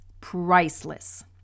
priceless